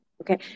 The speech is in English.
okay